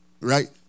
Right